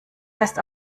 fest